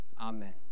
amen